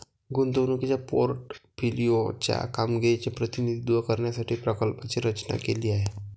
गुंतवणुकीच्या पोर्टफोलिओ च्या कामगिरीचे प्रतिनिधित्व करण्यासाठी प्रकल्पाची रचना केली आहे